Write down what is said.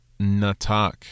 natak